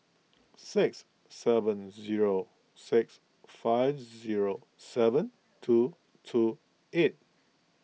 six seven zero six five zero seven two two eight